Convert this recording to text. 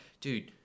dude